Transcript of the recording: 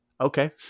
okay